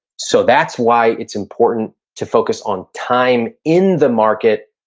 so that's why it's important to focus on time in the market,